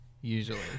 Usually